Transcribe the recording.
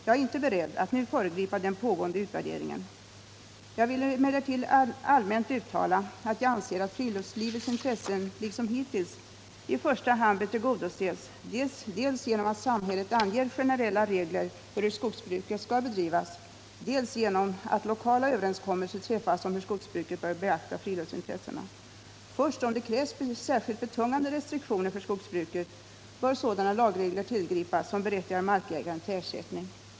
Jag är inte beredd att nu föregripa den pågående utvärderingen. Jag vill emellertid allmänt uttala att jag anser att friluftslivets intressen liksom hittills i första hand bör tillgodoses dels genom att samhället anger generella regler för hur skogsbruket skall bedrivas, dels genom att lokala överenskommelser träffas om hur skogsbruket bör beakta friluftsintressena. Först om det krävs särskilt betungande restriktioner för skogsbruket bör sådana lagregler tillgripas som berättigar markägaren till ersättning.